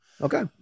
Okay